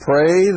Pray